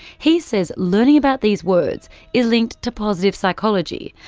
he says learning about these words is linked to positive psychology,